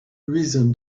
reason